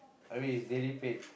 I mean it's daily paid